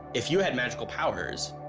if you had magical power,